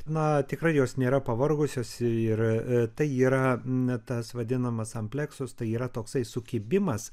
na tikrai jos nėra pavargusios ir tai yra tas vadinamas ampleksus tai yra toksai sukibimas